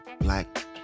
Black